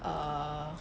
err